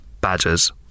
badgers